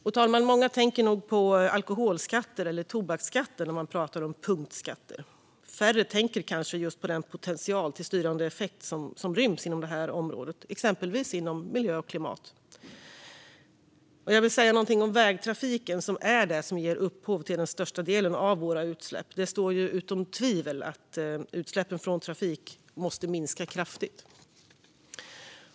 Fru talman! Många tänker nog på alkoholskatter eller tobaksskatter när man pratar om punktskatter. Färre tänker kanske på den potential till styrande effekt som ryms inom detta område, exempelvis inom miljö och klimat. Jag vill säga någonting om vägtrafiken, som är det som ger upphov till den största delen av våra utsläpp. Det är bortom allt tvivel att utsläppen från trafik måste minska kraftigt.